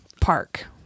park